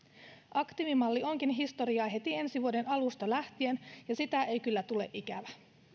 aktiivimalli onkin historiaa heti ensi vuoden alusta lähtien ja sitä ei kyllä tule ikävä